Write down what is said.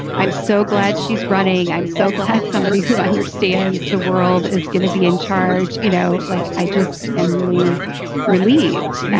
i'm so glad she's running. i'm so glad somebody who understands the world is going to be in charge. you know, like, i just am really relieved.